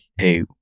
hey